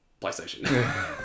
PlayStation